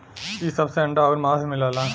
इ सब से अंडा आउर मांस मिलला